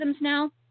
now